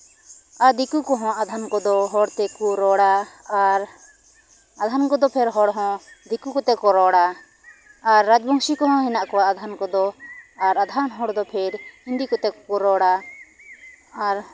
ᱟᱨ ᱫᱤᱠᱩ ᱠᱚᱦᱚᱸ ᱟᱫᱷᱮᱱ ᱠᱚᱫᱚ ᱦᱚᱲ ᱛᱮᱠᱚ ᱨᱚᱲᱟ ᱟᱨ ᱟᱫᱷᱚᱢ ᱠᱚᱫᱚ ᱯᱷᱮᱨ ᱦᱚᱲ ᱦᱚᱸ ᱫᱤᱠᱩ ᱠᱚᱛᱮ ᱠᱚ ᱨᱚᱲᱟ ᱟᱨ ᱨᱟᱡᱽ ᱵᱚᱝᱥᱤ ᱠᱚᱦᱚᱸ ᱦᱮᱱᱟᱜ ᱠᱚᱣᱟ ᱟᱫᱷᱮᱱ ᱠᱚᱫᱚ ᱟᱨ ᱟᱫᱷᱮᱱ ᱦᱚᱲ ᱫᱚ ᱯᱷᱮᱨ ᱦᱤᱱᱫᱤ ᱠᱚᱛᱮ ᱠᱚ ᱨᱚᱲᱟ ᱟᱨ